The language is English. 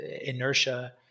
inertia